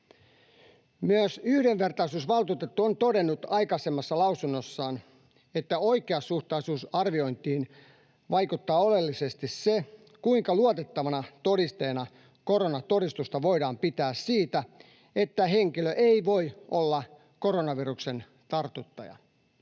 Myös yhdenvertaisuusvaltuutettu on todennut aikaisemmassa lausunnossaan, että oikeasuhtaisuusarviointiin vaikuttaa oleellisesti se, kuinka luotettavana todisteena koronatodistusta voidaan pitää siitä, että henkilö ei voi olla koronaviruksen tartuttaja.